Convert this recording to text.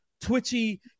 twitchy